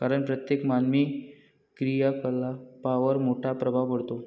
कारण प्रत्येक मानवी क्रियाकलापांवर मोठा प्रभाव पडतो